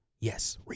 Yes